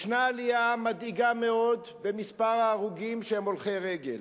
ישנה עלייה מדאיגה מאוד במספר ההרוגים שהם הולכי רגל.